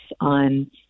on